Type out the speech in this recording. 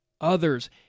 others